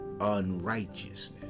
unrighteousness